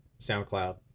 SoundCloud